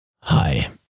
Hi